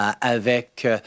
avec